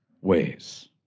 ways